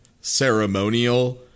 ceremonial